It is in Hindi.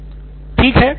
प्रोफेसर ठीक है